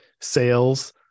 sales